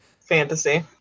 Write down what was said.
fantasy